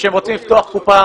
כשהם רוצים לפתוח קופה,